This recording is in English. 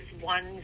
one